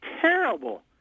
terrible